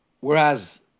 Whereas